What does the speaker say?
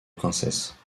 princesse